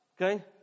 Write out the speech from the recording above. okay